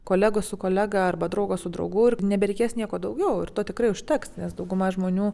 kolegos su kolega arba draugo su draugu ir nebereikės nieko daugiau ir to tikrai užteks nes dauguma žmonių